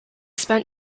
spent